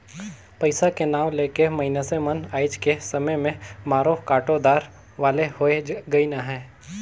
पइसा के नांव ले के मइनसे मन आएज के समे में मारो काटो दार वाले होए गइन अहे